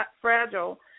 fragile